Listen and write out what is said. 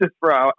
bro